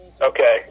Okay